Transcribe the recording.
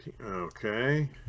Okay